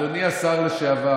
אדוני השר לשעבר, אני אייצג את השר.